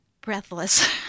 breathless